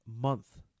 month